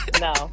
No